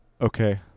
Okay